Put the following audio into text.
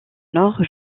nord